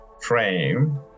frame